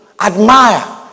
admire